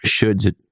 shoulds